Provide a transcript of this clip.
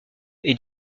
est